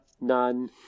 none